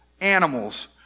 animals